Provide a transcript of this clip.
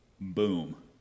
Boom